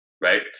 right